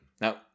Now